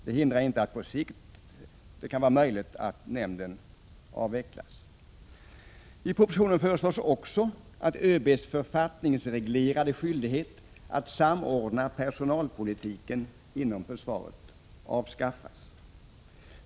Det hindrar inte att det kan vara möjligt att nämnden på sikt kan avvecklas. I propositionen föreslås också att ÖB:s författningsreglerade skyldighet att samordna personalpolitiken inom försvaret avskaffas.